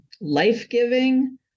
life-giving